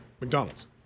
McDonald's